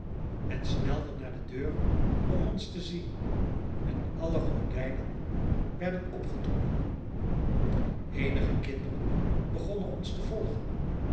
men snelde naar de deur om ons te zien en alle gordijnen werden opgetrokken eenige kinderen begonnen ons te volgen